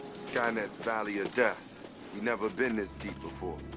skynet's valley of death. we've never been this deep before.